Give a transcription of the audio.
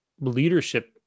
leadership